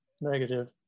negative